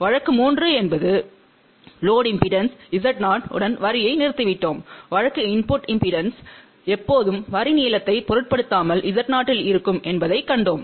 வழக்கு 3 என்பது load impedance Z0 உடன் வரியை நிறுத்திவிட்டோம் வழக்கு இன்புட் இம்பெடன்ஸ் எப்போதும் வரி நீளத்தைப் பொருட்படுத்தாமல் Z0 இல் இருக்கும் என்பதைக் கண்டோம்